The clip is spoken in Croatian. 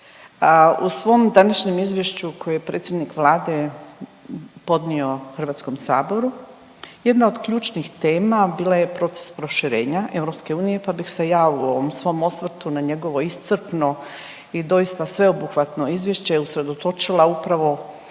u svom današnjem izvješću koje je predsjednik Vlade podnio Hrvatskom saboru jedna od ključnih tema bila je proces proširenja EU pa bih se ja u ovom svom osvrtu na njegovo iscrpno i doista sveobuhvatno izvješće usredotočila upravo